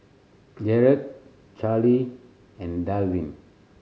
Jerod Charley and Delvin